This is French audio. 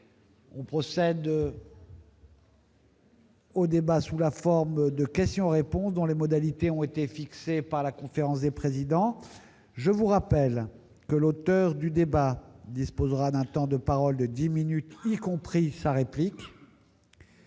procéder au débat sous la forme d'une série de questions-réponses dont les modalités ont été fixées par la conférence des présidents. Je vous rappelle que l'auteur du débat disposera d'un temps de parole de dix minutes, y compris la réplique,